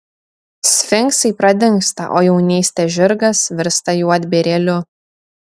sfinksai pradingsta o jaunystės žirgas virsta juodbėrėliu